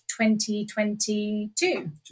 2022